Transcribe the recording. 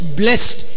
blessed